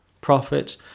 prophet